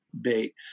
bait